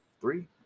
three